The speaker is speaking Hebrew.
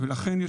לכן,